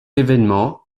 événement